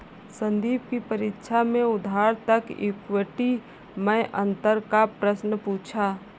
संदीप की परीक्षा में उधार तथा इक्विटी मैं अंतर का प्रश्न पूछा